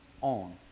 on